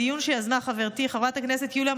בדיון שיזמה חברתי חברת הכנסת יוליה